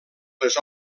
les